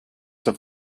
have